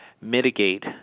mitigate